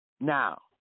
Now